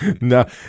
No